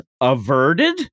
Averted